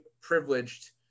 privileged